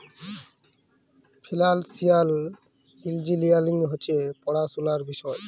financial engineering হছে পড়াশুলার বিষয়